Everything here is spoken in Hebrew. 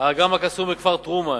"האגם הקסום" בכפר-טרומן,